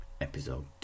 Episode